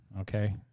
Okay